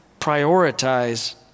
prioritize